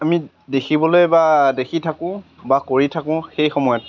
আমি দেখিবলৈ বা দেখি থাকোঁ বা কৰি থাকোঁ সেই সময়ত